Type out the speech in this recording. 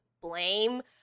blame